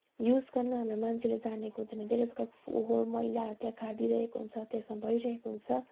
use गर्न हाम्रो मान्छेले जानेको हुँदैन धेरै प्रकारको फोहोर मैलाहरू त्यहाँ खाँदिरहेको हुन्छ त्यसमा भइरहेको हुन्छ